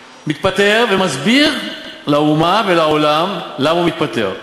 מתפטר, ומסביר לאומה ולעולם למה הוא מתפטר.